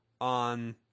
on